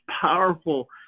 powerful